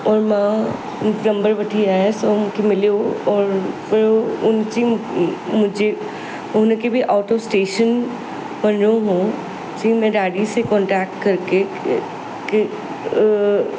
ऐं मां हिकु नंबर वठी आयसि ऐं मूंखे मिलियो और पहिरियों उनजी मुंहिंजी उनखे बि आउट ऑफ स्टेशन वञणो हुओ चई मैं डैडी से कॉन्टेक्ट करके के